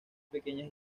pequeñas